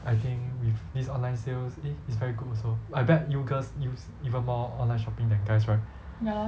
I think with these online sales eh it's very good also I bet you girls use even more online shopping than guys right